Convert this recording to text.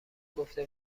گفته